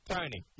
Tony